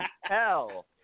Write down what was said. hell